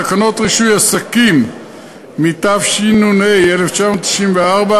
בתקנות רישוי עסקים (תחנות מיון לביצי מאכל),